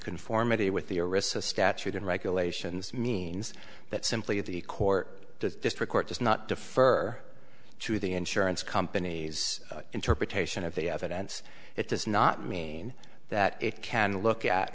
conformity with the arista statute and regulations means that simply the court the district court does not defer to the insurance companies interpretation of the evidence it does not mean that it can look at